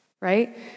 right